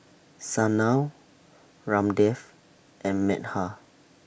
Sanal Ramdev and Medha